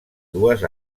dues